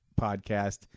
podcast